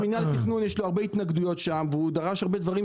תכנון יש לו הרבה התנגדויות שם והוא דרש שם הרבה דברים